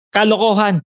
Kalokohan